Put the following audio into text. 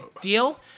deal